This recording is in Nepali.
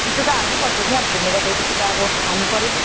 त्यो त हाल्नै पर्छ नि अब घुमेर गए पछि त अब हाल्नु पऱ्यो